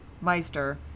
meister